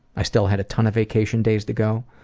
i still had a ton of vacation days to go.